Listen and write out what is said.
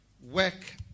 Work